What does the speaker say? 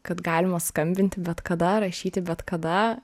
kad galima skambinti bet kada rašyti bet kada